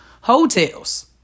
Hotels